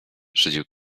szydził